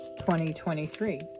2023